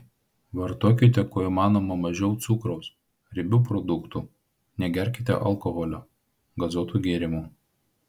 vartokite kuo įmanoma mažiau cukraus riebių produktų negerkite alkoholio gazuotų gėrimų